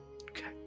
Okay